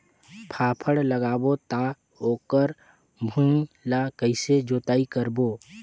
फाफण लगाबो ता ओकर भुईं ला कइसे जोताई करबो?